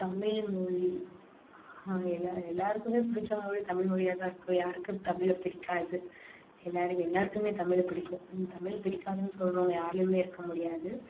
தமிழ்மொழி எல்லா எல்லாருக்குமே பிடிச்ச மொழி தமிழ்மொழியாக தான் இருக்கும் யாருக்கும் தமிழை பிடிக்காது எல்லாரும் எல்லாருக்குமே தமிழை பிடிக்கும் தமிழ் பிடிக்காதுன்னு சொல்லுறவங்க யாராலையுமே இருக்க முடியாது